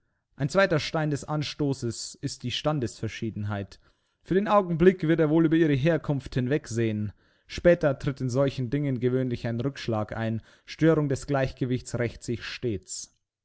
ein zweiter stein des anstoßes ist die standesverschiedenheit für den augenblick wird er wohl über ihre herkunft hinwegsehen später tritt in solchen dingen gewöhnlich ein rückschlag ein störung des gleichgewichts rächt sich stets